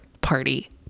party